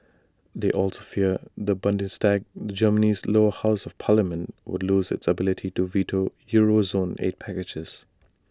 they also fear the Bundestag Germany's lower house of parliament would lose its ability to veto euro zone aid packages